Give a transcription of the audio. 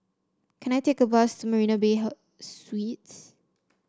can I take a bus to Marina Bay Suites